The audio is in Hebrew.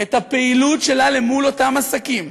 את הפעילות שלה מול אותם עסקים,